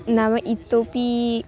नाम इतोऽपि